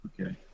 Okay